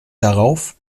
darauf